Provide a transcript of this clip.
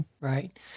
Right